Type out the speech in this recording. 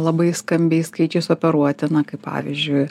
labai skambiais skaičiais operuoti na kaip pavyzdžiui